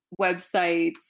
websites